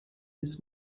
his